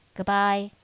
Goodbye